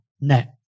net